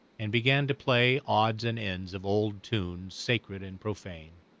and began to play odds and ends of old tunes, sacred and profane.